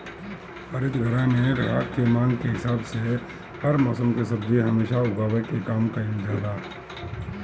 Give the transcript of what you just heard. हरित गृह में ग्राहक के मांग के हिसाब से हर मौसम के सब्जी हमेशा उगावे के काम कईल जाला